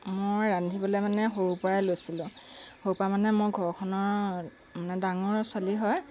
মই ৰান্ধিবলৈ মানে সৰুৰ পৰাই লৈছিলোঁ সৰুৰ পৰা মানে মই ঘৰখনৰ মানে ডাঙৰ ছোৱালী হয়